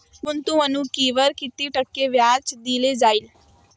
गुंतवणुकीवर किती टक्के व्याज दिले जाईल?